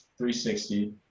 360